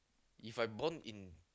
If I born in